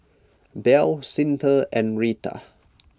Bell Cyntha and Rita